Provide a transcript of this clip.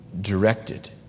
directed